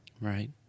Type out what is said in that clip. Right